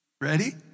Ready